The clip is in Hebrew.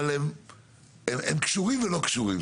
אבל הם קשורים והם לא קשורים.